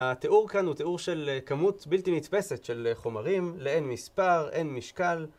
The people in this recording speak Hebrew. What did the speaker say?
התיאור כאן הוא תיאור של כמות בלתי נתפסת של חומרים, לאין מספר, אין משקל